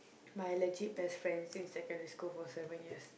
my legit best friend since secondary school for seven years